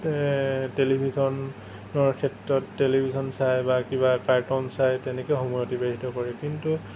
টেলিভিশ্যনৰ ক্ষেত্ৰত টেলিভিশ্যন চাই বা কিবা কাৰ্টুন চাই তেনেকৈ সময় অতিবাহিত কৰে কিন্তু